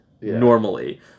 normally